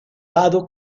vado